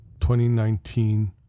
2019